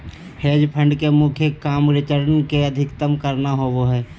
hedge fund के मुख्य काम रिटर्न के अधीकतम करना होबो हय